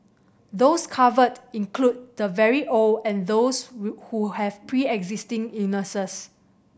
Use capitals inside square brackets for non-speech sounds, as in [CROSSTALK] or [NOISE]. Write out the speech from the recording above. those covered include the very old and those [UNINTELLIGIBLE] who have preexisting illnesses